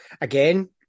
again